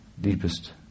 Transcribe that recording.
deepest